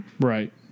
right